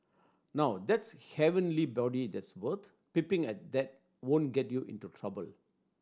now that's heavenly body that's worth peeping at that won't get you into trouble